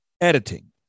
editing